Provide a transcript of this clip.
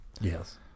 Yes